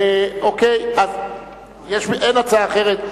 אין הצעה אחרת.